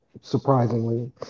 surprisingly